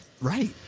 right